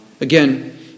Again